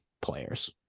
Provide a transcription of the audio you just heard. players